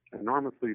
enormously